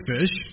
fish